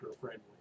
friendly